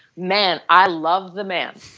man, i love the man.